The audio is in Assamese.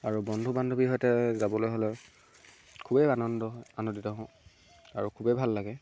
আৰু বন্ধু বান্ধৱীৰ সৈতে যাবলৈ হ'লে খুবেই আনন্দ হয় আনন্দিত হওঁ আৰু খুবেই ভাল লাগে